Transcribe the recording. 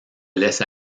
laisse